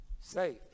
Safe